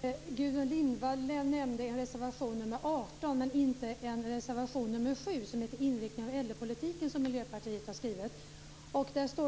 Herr talman! Gudrun Lindvall nämnde en reservation nr 18 men inte en reservation nr 7, som heter Inriktningen av äldrepolitiken och som Miljöpartiet har skrivit. Där